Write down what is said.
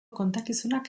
kontakizunak